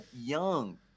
young